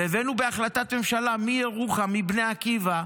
והבאנו בהחלטת ממשלה, מירוחם, מבני עקיבא,